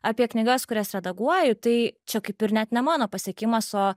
apie knygas kurias redaguoju tai čia kaip ir net ne mano pasiekimas o